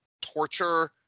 torture